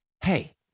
hey